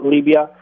Libya